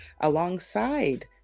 alongside